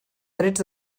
drets